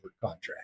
contract